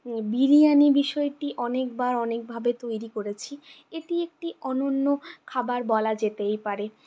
বিরিয়ানি বিষয়টি অনেকবার অনেকভাবে তৈরি করেছি এটি একটি অনন্য খাবার বলা যেতেই পারে